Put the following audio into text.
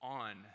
on